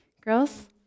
Girls